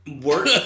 Work